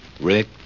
Rick